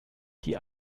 die